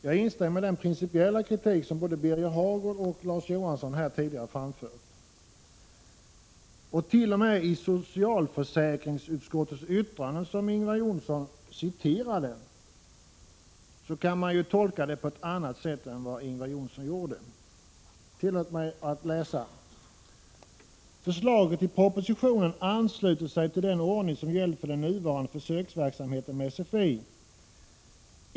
Jag instämmer i den principiella kritik som både Birger Hagård och Larz Johansson här tidigare framfört. T. o. m. det som Ingvar Johnsson citerade när det gäller socialförsäkringsutskottets yttrande kan man tolka på ett annat sätt än Ingvar Johnsson gjorde. Tillåt mig läsa: ”Förslaget i propositionen ansluter sig till den ordning som gällt för den nuvarande försöksverksamheten med sfi.